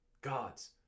Gods